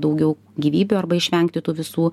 daugiau gyvybių arba išvengti tų visų